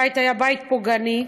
הבית היה בית פוגעני,